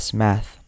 math